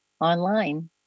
online